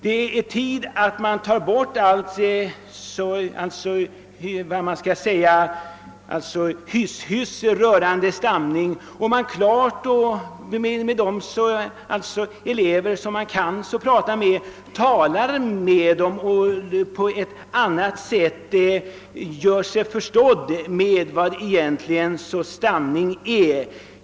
Det är på tiden att man släpper alla fördomar rörande stamning, klart talar ut med stammande elever och skaffar sig förståelse för vad stamning egentligen är.